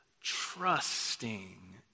Trusting